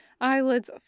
eyelids